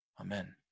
Amen